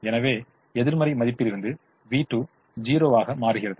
எனவே எதிர்மறை மதிப்பிலிருந்து v2 0 ஆக மாறுகிறது